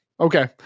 Okay